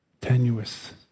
Tenuous